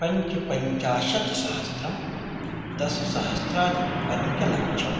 पञ्चपञ्चाशत् सहस्रं दश सहस्त्राधिक पञ्चलक्षं